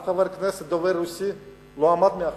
אבל אף חבר כנסת דובר רוסית לא עמד מאחוריו.